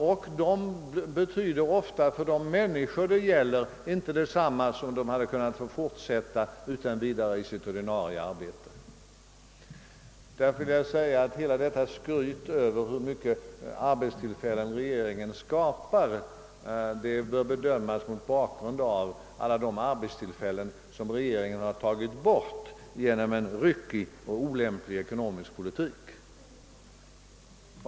Ofta betyder denna politik för de människor det gäller inte detsamma som om de kunnat fortsätta utan vidare i sitt ordinarie arbete. Hela detta skryt över hur många arbetstillfällen regeringen skapar bör bedömas mot bakgrunden av de arbetstillfällen som regeringen tagit bort genom en ryckig och olämplig ekonomisk politik.